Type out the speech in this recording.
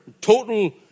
total